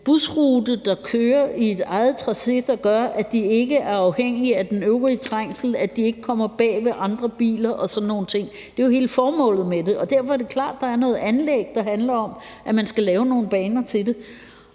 busrute kører på en måde, der gør, at busserne ikke af afhængig af den øvrige trængsel og ikke kommer bagved andre biler og sådan nogle ting. Det er jo hele formålet med det, og derfor er det klart, at der er noget, der handler om anlæg, altså at man skal lave nogle baner til det.